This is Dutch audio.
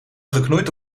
geknoeid